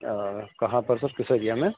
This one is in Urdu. کہاں پر سر کس ایریا میں